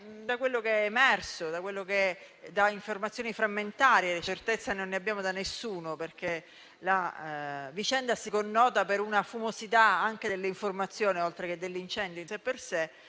da quello che è emerso e da informazioni frammentarie (certezze non ne abbiamo da nessuno, perché la vicenda si connota per una fumosità anche delle informazioni oltre che dell'incendio in sé),